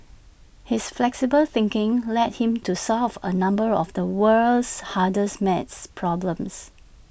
his flexible thinking led him to solve A number of the world's hardest math problems